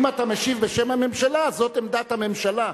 אם אתה משיב בשם הממשלה, זאת עמדת הממשלה.